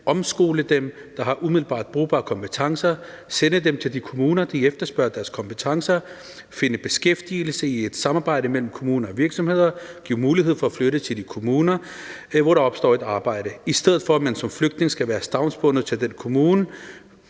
omskole dem, der har umiddelbart brugbare kompetencer; sende dem til de kommuner, der efterspørger deres kompetencer; finde beskæftigelse i et samarbejde mellem kommuner og virksomheder; give mulighed for at flytte til de kommuner, hvor der opstår et arbejde, i stedet for at man som flygtning skal være stavnsbundet til den kommune,